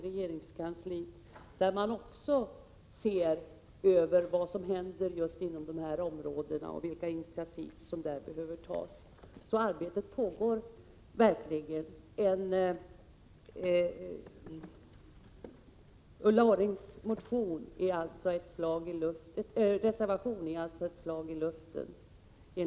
Man ser då också över vad som händer inom just dessa områden och vilka initiativ som behöver tas. Arbete pågår verkligen. Ulla Orrings reservation är således, enligt min uppfattning, ett slag i luften.